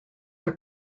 are